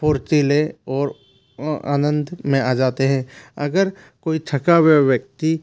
फुर्तीले और आनंद में आ जाते है अगर कोई थका हुआ व्यक्ति